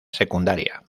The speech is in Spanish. secundaria